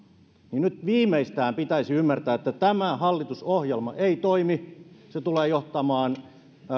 niin nyt viimeistään pitäisi ymmärtää että tämä hallitusohjelma ei toimi se tulee johtamaan